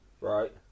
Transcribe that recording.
Right